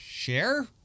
Share